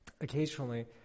occasionally